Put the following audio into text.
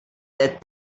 that